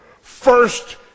First